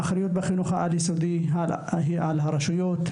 האחריות בחינוך העל יסודי היא על הרשויות,